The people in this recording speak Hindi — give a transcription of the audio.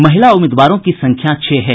महिला उम्मीदवारों की संख्या छह है